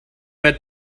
met